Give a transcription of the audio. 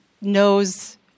knows